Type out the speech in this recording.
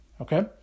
Okay